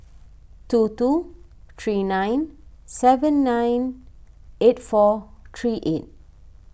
two two three nine seven nine eight four three eight